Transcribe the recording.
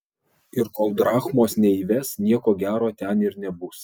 ir kol drachmos neįves nieko gero ten ir nebus